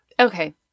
Okay